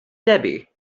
debbie